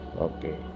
Okay